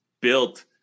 built